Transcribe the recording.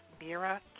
Mira